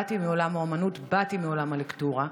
באתי מעולם האומנות, באתי מעולם הלקטורה.